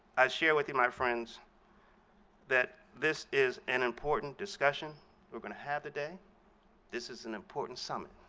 i share with you my friends that this is an important discussion we're going to have today. this is an important summit.